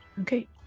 Okay